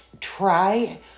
try